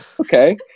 Okay